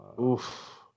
oof